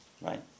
Right